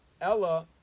ella